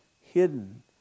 hidden